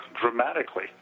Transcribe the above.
dramatically